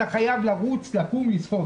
אתה חייב לרוץ, לקום ולשחות.